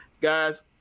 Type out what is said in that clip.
guys